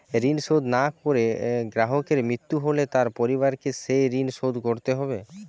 ঋণ শোধ না করে গ্রাহকের মৃত্যু হলে তার পরিবারকে সেই ঋণ শোধ করতে হবে?